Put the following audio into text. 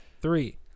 three